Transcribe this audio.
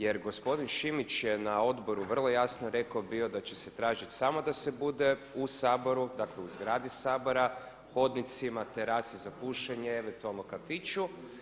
Jer gospodin Šimić je na odboru vrlo jasno rekao bio da će se tražiti samo da se bude u Saboru, dakle u zgradi Sabora, hodnicima, terasi za pušenje ili eventualno kafiću.